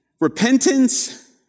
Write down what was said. Repentance